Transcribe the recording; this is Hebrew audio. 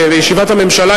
בישיבת הממשלה,